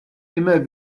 immer